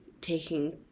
taking